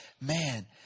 man